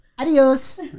Adiós